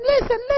listen